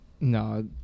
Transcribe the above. No